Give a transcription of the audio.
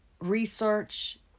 research